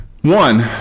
One